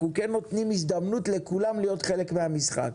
אנחנו כן נותנים הזדמנות לכולם להיות חלק מהמשחק.